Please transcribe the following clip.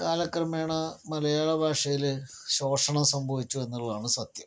കാലക്രമേണ മലയാളഭാഷയില് ശോഷണം സംഭവിച്ചു എന്നുള്ളതാണ് സത്യം